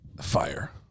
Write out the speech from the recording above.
Fire